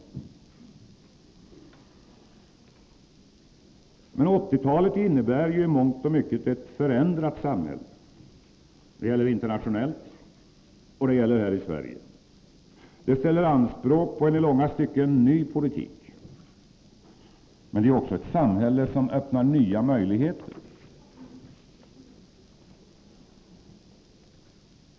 Men 1980-talet innebär i mångt och mycket ett förändrat samhälle. Det gäller internationellt och det gäller Sverige. Det ställer anspråk på en i långa stycken ny politik. Men det är också ett samhälle som öppnar nya möjligheter.